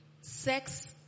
sex